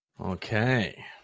Okay